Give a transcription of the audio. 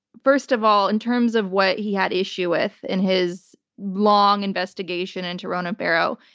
first of all, in terms of what he had issue with in his long investigation into ronan farrow,